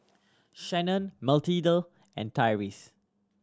Shannon Mathilde and Tyreese